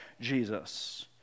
Jesus